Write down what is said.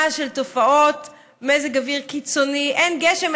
של תופעות מזג אוויר קיצוני: אין גשם,